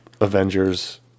Avengers